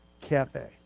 Cafe